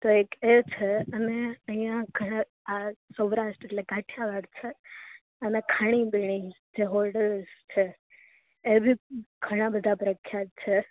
તો એક એ છે અને અઇયાં ઘણા આ સૌરાસ્ટ એટલે કાઠિયાવળ છે અને ખાણી પીણી જે હોટલ્સ છે એબી ઘણા બધા પ્રખ્યાત છે